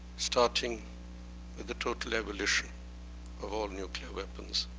starting with the total abolition of all nuclear weapons.